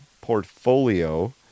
portfolio